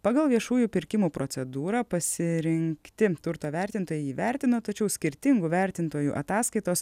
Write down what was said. pagal viešųjų pirkimų procedūrą pasirinkti turto vertintojai jį vertino tačiau skirtingų vertintojų ataskaitos